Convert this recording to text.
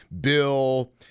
Bill